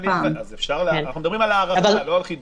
אנחנו מדברים על ההארכה, לא על חידוש.